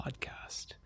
podcast